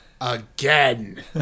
Again